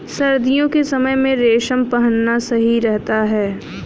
सर्दियों के समय में रेशम पहनना सही रहता है